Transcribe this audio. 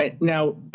Now